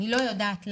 אני לא יודעת למה,